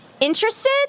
interested